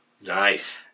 Nice